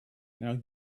now